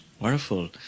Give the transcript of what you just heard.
Wonderful